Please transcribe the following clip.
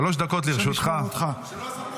שלא יספרו לך סיפורים.